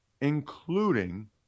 including